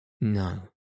No